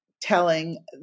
telling